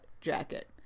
jacket